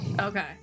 Okay